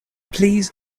please